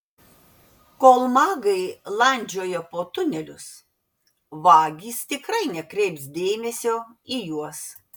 kol magai landžioja po tunelius vagys tikrai nekreips dėmesio į juos